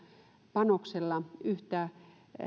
panoksella yhtä